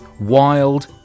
wild